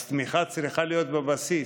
אז תמיכה צריכה להיות בבסיס.